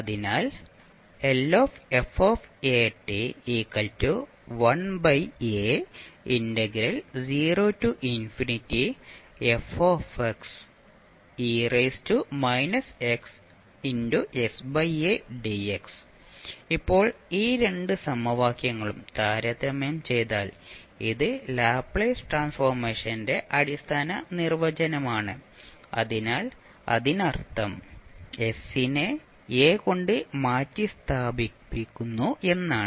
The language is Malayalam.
അതിനാൽ ഇപ്പോൾ ഈ രണ്ട് സമവാക്യങ്ങളും താരതമ്യം ചെയ്താൽ ഇത് ലാപ്ലേസ് ട്രാൻസ്ഫോർമേഷന്റെ അടിസ്ഥാന നിർവചനമാണ് അതിനാൽ അതിനർത്ഥം s നെ a കൊണ്ട് മാറ്റിസ്ഥാപിക്കുന്നു എന്നാണ്